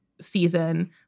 season